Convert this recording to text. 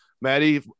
Maddie